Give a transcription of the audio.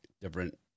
different